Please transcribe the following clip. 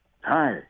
Hi